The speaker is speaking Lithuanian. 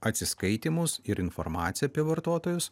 atsiskaitymus ir informaciją apie vartotojus